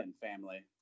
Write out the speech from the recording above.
family